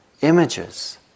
images